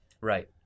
Right